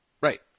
Right